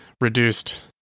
reduced